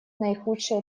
наихудший